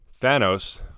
Thanos